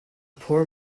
poor